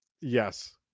Yes